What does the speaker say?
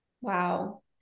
Wow